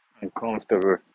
uncomfortable